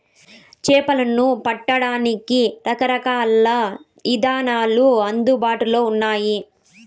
చేపలను పట్టడానికి రకరకాల ఇదానాలు అందుబాటులో ఉన్నయి